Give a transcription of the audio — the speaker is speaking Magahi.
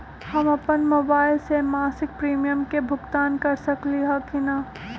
हम अपन मोबाइल से मासिक प्रीमियम के भुगतान कर सकली ह की न?